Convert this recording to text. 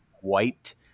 white